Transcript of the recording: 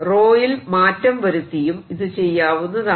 𝜌 യിൽ മാറ്റം വരുത്തിയും ഇത് ചെയ്യാവുന്നതാണ്